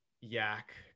yak